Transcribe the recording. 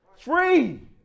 Free